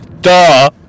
Duh